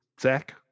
Zach